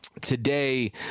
today